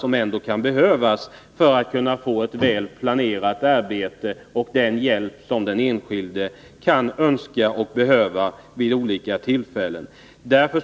Det är den tid som här behövs för att den enskilde skall kunna göra ett väl planerat arbete och få den hjälp som han eller hon kan önska och behöva vid deklarationens upprättande.